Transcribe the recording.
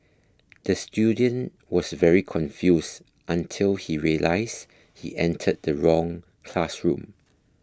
the student was very confused until he realised he entered the wrong classroom